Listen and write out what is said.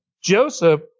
Joseph